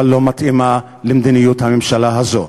אבל לא מתאימה למדיניות הממשלה הזאת.